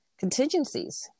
contingencies